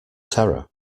terror